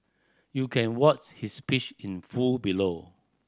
you can watch his speech in full below